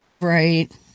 Right